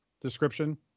description